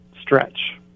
stretch